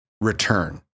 Return